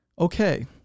Okay